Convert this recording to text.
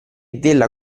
della